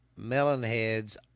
Melonheads